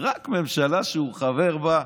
החוק להתפצלות הסיעות.